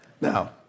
Now